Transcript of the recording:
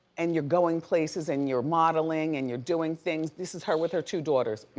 and you're going places and you're modeling and you're doing things. this is her with her two daughters.